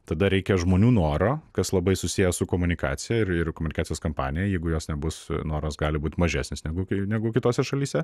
tada reikia žmonių noro kas labai susiję su komunikacija ir ir komunikacijos kampanija jeigu jos nebus noras gali būti mažesnis negu kai negu kitose šalyse